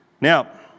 Now